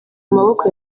maboko